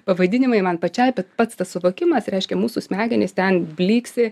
pavadinimai man pačiai pats suvokimas reiškia mūsų smegenys ten blyksi